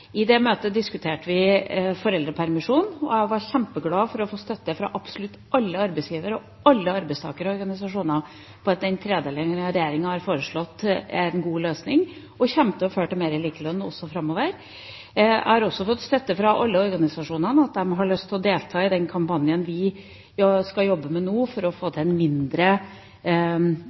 I det møtet diskuterte vi foreldrepermisjon, og jeg var kjempeglad for å få støtte fra absolutt alle arbeidsgiver- og arbeidstakerorganisasjoner på at den tredelingen regjeringa har foreslått, er en god løsning og kommer til å føre til mer likelønn også framover. Jeg har også fått støtte fra alle organisasjonene når det gjelder at de har lyst til å delta i den kampanjen vi skal jobbe med nå for å få til et mindre